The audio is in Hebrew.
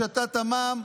השתת המע"מ.